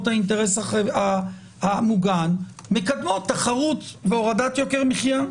את האינטרס המוגן מקדמות תחרות והורדת יוקר מחיה.